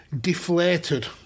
deflated